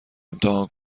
امتحان